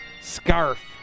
scarf